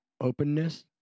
openness